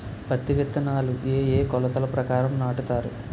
పత్తి విత్తనాలు ఏ ఏ కొలతల ప్రకారం నాటుతారు?